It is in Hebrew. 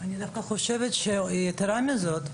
יתרה מזאת.